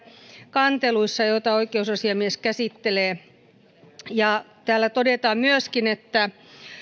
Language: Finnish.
kanteluissa joita oikeusasiamies käsittelee täällä todetaan myöskin että